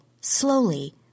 slowly